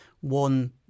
one